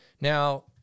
Now